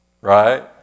Right